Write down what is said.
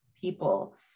people